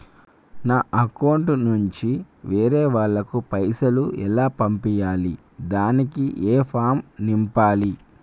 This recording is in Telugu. నా అకౌంట్ నుంచి వేరే వాళ్ళకు పైసలు ఎలా పంపియ్యాలి దానికి ఏ ఫామ్ నింపాలి?